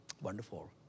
Wonderful